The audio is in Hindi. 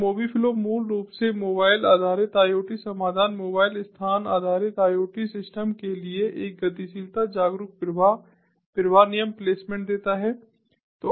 तो Mobi Flow मूल रूप से मोबाइल आधारित IoT समाधान मोबाइल स्थान आधारित IoT सिस्टम के लिए एक गतिशीलता जागरूक प्रवाह प्रवाह नियम प्लेसमेंट देता है